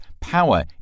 power